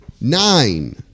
nine